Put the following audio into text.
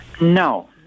No